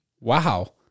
Wow